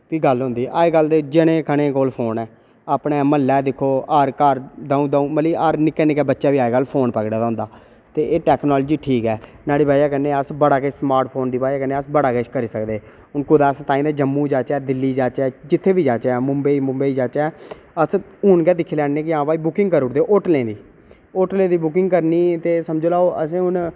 भी गल्ल होंदी अज्ज कल ते जनें खनें कोल फोन ऐ अपनै म्ह्ललै दिक्खो हर घर द'ऊं द'ऊं मतलब हर निक्के निक्के बच्चें बी अज्ज ल फोन पकड़े दा होंदा ते एह् टैक्नालजी ठीक ऐ न्हाड़ी वजह् कन्नै अस बड़ा किश स्मार्ट कन्नै अस बड़ा किश करी सकनें आं कुदै अस जम्मू जाह्चै दिल्ली जाह्चै जत्थै बी जाह्चै बम्वेई दिल्ली जाह्चै अस हून गै दिक्खी लैन्ने आं भाई ओह् बुकिंग करूड़दे होटलें दी होटलें दी बुकिंग करनी ते समझी लैओ